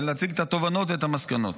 ולהציג את התובנות ואת המסקנות.